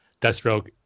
Deathstroke